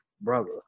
brother